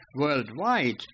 Worldwide